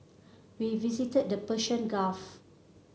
we visited the Persian Gulf